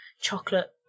chocolate